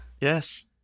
Yes